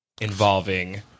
involving